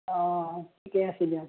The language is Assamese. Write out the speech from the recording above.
অঁ ঠিকে আছে দিয়া